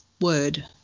Word